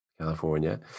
California